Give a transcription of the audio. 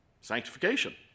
Sanctification